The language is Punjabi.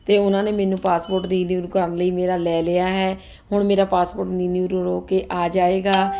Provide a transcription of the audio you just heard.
ਅਤੇ ਉਹਨਾਂ ਨੇ ਮੈਨੂੰ ਪਾਸਪੋਰਟ ਰੀਨਿਊ ਕਰਨ ਲਈ ਮੇਰਾ ਲੈ ਲਿਆ ਹੈ ਹੁਣ ਮੇਰਾ ਪਾਸਪੋਰਟ ਹੋ ਕੇ ਆ ਜਾਏਗਾ